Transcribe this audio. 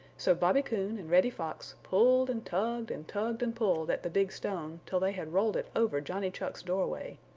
so bobby coon and reddy fox pulled and tugged and tugged and pulled at the big stone till they had rolled it over johnny chuck's doorway.